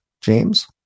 James